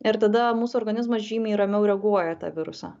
ir tada mūsų organizmas žymiai ramiau reaguoja į tą virusą